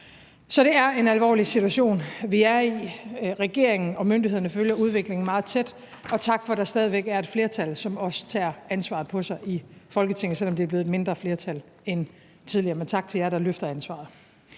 Så det er en alvorlig situation, vi er i. Regeringen og myndighederne følger udviklingen meget tæt – og tak for, at der stadig væk er et flertal i Folketinget, som også tager ansvaret på sig, selv om det er blevet et mindre flertal end tidligere, men tak til jer, der løfter ansvaret.